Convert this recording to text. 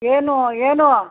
ಏನು ಏನು